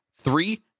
three